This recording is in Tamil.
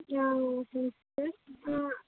ஆ சரி சிஸ்டர்